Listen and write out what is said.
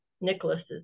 Nicholas's